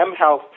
mHealth